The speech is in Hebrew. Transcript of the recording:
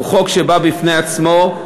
הוא חוק שבא בפני עצמו,